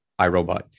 iRobot